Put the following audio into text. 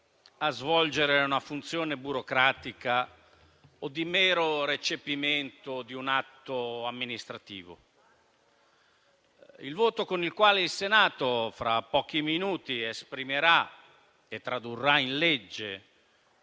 a svolgere una funzione burocratica o di mero recepimento di un atto amministrativo. Il voto con il quale il Senato, fra pochi minuti, esprimerà e tradurrà in legge